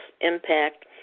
impact